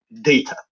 data